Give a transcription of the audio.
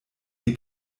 die